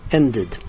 ended